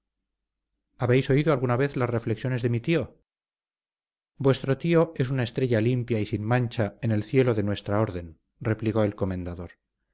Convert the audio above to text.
habéis oído alguna vez las reflexiones de mi tío vuestro tío es una estrella limpia y sin mancha en el cielo de nuestra orden replicó el comendador